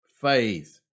faith